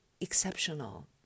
exceptional